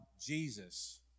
Jesus